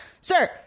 Sir